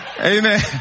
Amen